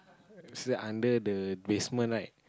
under the basement right